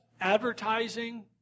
advertising